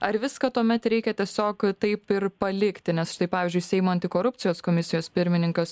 ar viską tuomet reikia tiesiog taip ir palikti nes štai pavyzdžiui seimo antikorupcijos komisijos pirmininkas